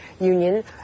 Union